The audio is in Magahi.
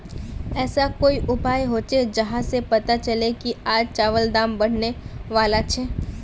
ऐसा कोई उपाय होचे जहा से पता चले की आज चावल दाम बढ़ने बला छे?